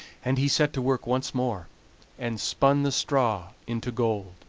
and he set to work once more and spun the straw into gold.